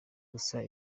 gusa